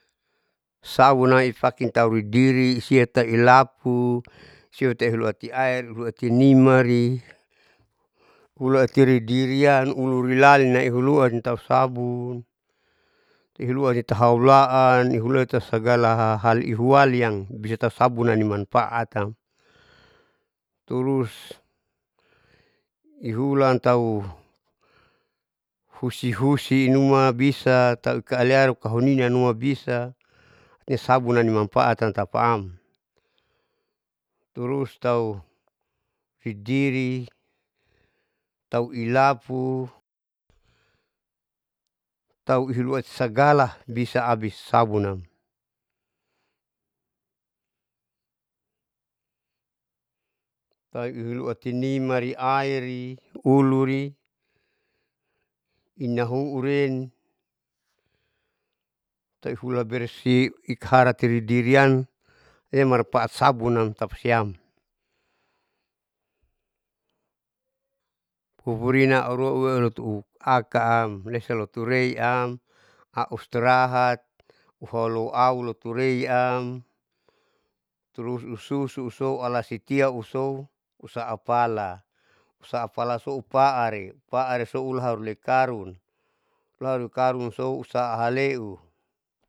Sabunam ipaki tahu olidiri siata ilapu siola uluwati air luati nimari hula tiri diriam ululilalin ehuuan tausabun ihulua itahulaa nihuloi tahu sagala hal ihwal yang bisa, sabunam inimanfaat siam turus ihulan tahu husi husi numa bisa tauikahaliam ninianuma bisa sabunam nimanfaat tapaam turus tahu hidiri tahu ilapu tauihulua sagala bisa abis sabunam tauihuluati rima niaairi huluri inahuuren tehula bersi iktihara diriam emanfaat sabunam tapasiam pupurina auma eulutu akaam lesa lutu reiam auistirahat hualo aulutureiam terus lusususo alati tia usou usaapala usapalasoupaati pariso ulahauekarun hularikarunsousa haleu.